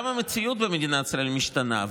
גם המציאות במדינת ישראל משתנה,